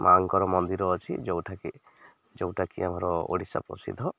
ମା'ଙ୍କର ମନ୍ଦିର ଅଛି ଯେଉଁଠାକି ଯେଉଁଟାକି ଆମର ଓଡ଼ିଶା ପ୍ରସିଦ୍ଧ